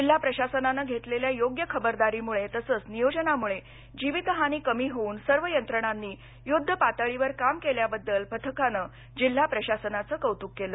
जिल्हा प्रशासनान घेतलेल्या योग्य खबरदारीमुळे तसंच नियोजनामुळे जीवितहानी कमी होऊन सर्व यंत्रणांनी युद्ध पातळीवर काम केल्याबद्दल पथकानं जिल्हा प्रशासनाचं कौतुक केलं